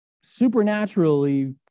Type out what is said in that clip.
supernaturally